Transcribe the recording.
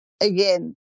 again